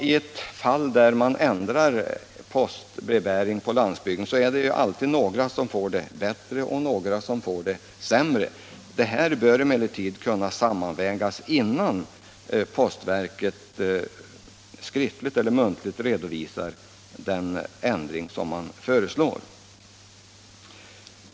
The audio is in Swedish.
I ett fall där man ändrar postbrevbäringen på landsbygden, är det alltid några som får det bättre och några som får det sämre. Detta bör emellertid kunna sammanvägas innan postverket skriftligt eller muntligt redovisar den ändring man föreslår.